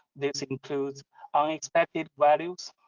this includes unexpected values,